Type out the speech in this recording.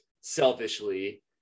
selfishly